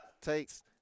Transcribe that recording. takes